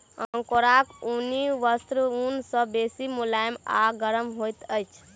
अंगोराक ऊनी वस्त्र ऊन सॅ बेसी मुलैम आ गरम होइत अछि